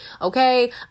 Okay